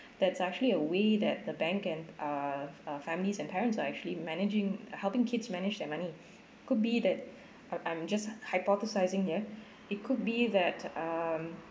there's actually a way that the bank can uh uh families and parents are actually managing helping kids manage their money could be that I I'm just hypothesising here it could be that um